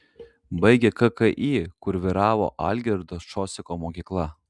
baigė kki kur vyravo algirdo šociko mokykla